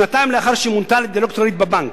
שנתיים לאחר שהיא מונתה לדירקטורית בבנק,